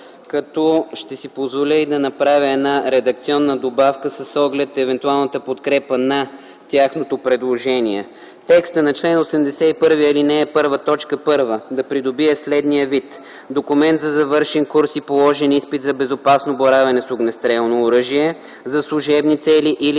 като ще си позволя да направя една редакционна добавка с оглед евентуалната подкрепа на тяхното предложение. Текстът на чл. 81, ал. 1, т. 1 да придобие следния вид: „1. документ за завършен курс и положен изпит за безопасно боравене с огнестрелно оръжие за служебни цели или